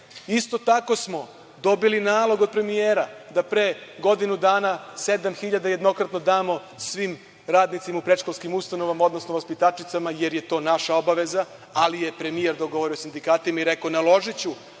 Isto tako smo dobili nalog od premijera, pre godinu dana, da 7.000 jednokratno damo svim radnicima u predškolskim ustanovama, odnosno vaspitačicama, jer je to naša obaveza, ali je premijer dogovorio sa sindikatima i rekao – naložiću